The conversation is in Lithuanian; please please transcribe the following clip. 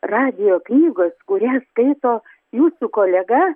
radijo knygos kurią skaito jūsų kolega